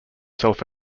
self